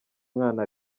mwana